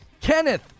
Kenneth